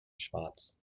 schwarz